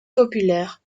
populaire